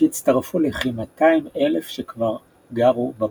שהצטרפו לכ-200,000 שכבר גרו במקום.